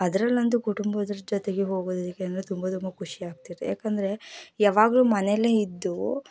ಅದ್ರಲ್ಲಂತೂ ಕುಟುಂಬದವ್ರ್ ಜೊತೆಗೆ ಹೋಗೋದಕ್ಕೆ ಅಂದ್ರೆ ತುಂಬ ತುಂಬ ಖುಷಿಯಾಗ್ತದೆ ಯಾಕಂದರೆ ಯಾವಾಗಲೂ ಮನೆಲೇ ಇದ್ದು